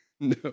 No